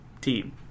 team